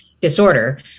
Disorder